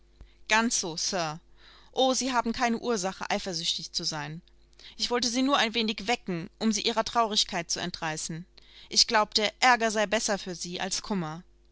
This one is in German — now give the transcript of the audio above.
ganz so sir o sie haben keine ursache eifersüchtig zu sein ich wollte sie nur ein wenig wecken um sie ihrer traurigkeit zu entreißen ich glaubte ärger sei besser für sie als kummer